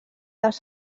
les